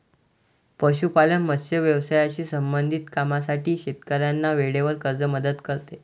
पशुपालन, मत्स्य व्यवसायाशी संबंधित कामांसाठी शेतकऱ्यांना वेळेवर कर्ज मदत करते